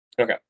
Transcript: Okay